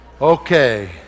Okay